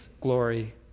glory